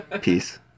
Peace